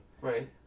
Right